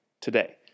today